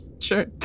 Sure